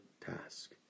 task